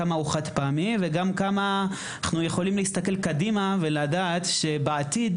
כמה הוא חד פעמי וגם כמה אנחנו יכולים להסתכל קדימה ולדעת שבעתיד